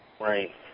Right